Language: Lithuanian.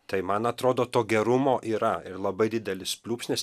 tai man atrodo to gerumo yra ir labai didelis pliūpsnis